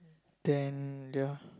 then yeah